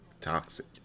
Toxic